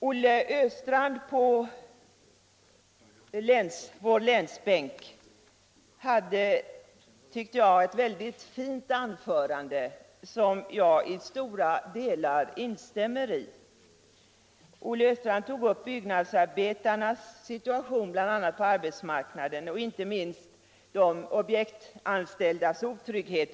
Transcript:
Olle Östrand på vår länsbänk höll, tycker jag, ett väldigt fint anförande, som jag i stora delar instämmer i. Olle Östrand tog upp bl.a. byggnadsarbetarnas situation på arbetsmarknaden — inte minst de objektanställdas otrygghet